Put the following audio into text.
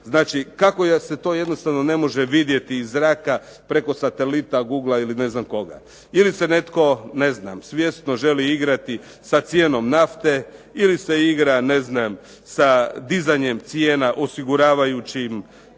Znači, kako da se to jednostavno ne može vidjeti iz zraka preko satelita, googlea ili ne znam koga? Ili se netko svjesno želi igrati sa cijenom nafte ili se igra sa dizanjem cijena osiguravajućim,